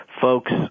folks